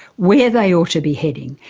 where they ought to be heading,